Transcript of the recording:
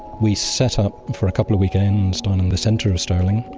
we set up for a couple of weekends down in the center of stirling,